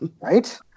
Right